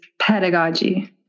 pedagogy